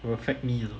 will affect me you know